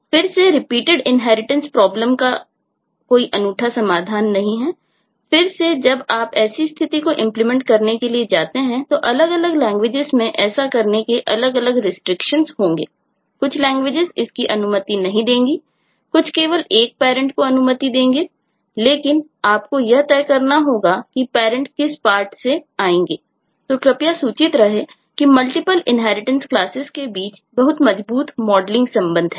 फिर से repeated inheritance problem classes के बीच बहुत मजबूत मॉडलिंग संबंध हैं